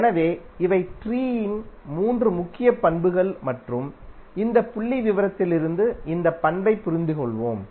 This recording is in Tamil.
எனவே இவை ட்ரீயின் மூன்று முக்கிய பண்புகள் மற்றும் இந்த புள்ளிவிவரத்திலிருந்து இந்த பண்பைப் புரிந்து கொள்வோம்